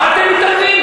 מה אתם מתעלמים?